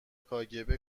kgb